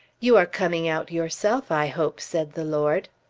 you are coming out yourself i hope, said the lord.